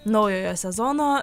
naujojo sezono